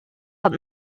but